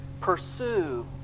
pursue